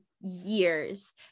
years